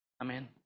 amen